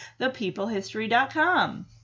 thepeoplehistory.com